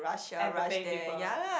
entertain people